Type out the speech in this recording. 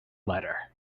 letter